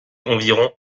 environ